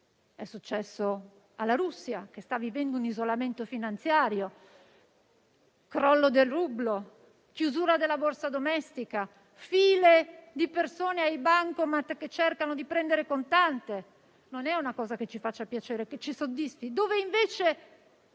successo alla Russia, che sta vivendo un isolamento finanziario con il crollo del rublo, chiusura della Borsa domestica, file di persone ai bancomat che cercano di prendere contante. Non è una cosa che ci faccia piacere o che ci soddisfi.